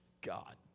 God